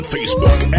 Facebook